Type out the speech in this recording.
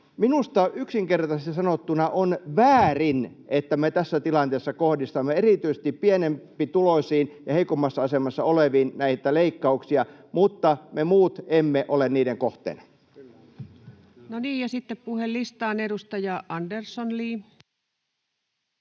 Minusta yksinkertaisesti sanottuna on väärin, että me tässä tilanteessa kohdistamme erityisesti pienempituloisiin ja heikommassa asemassa oleviin näitä leikkauksia, mutta me muut emme ole niiden kohteina. No niin, ja sitten puhelistaan. — Edustaja Andersson, Li.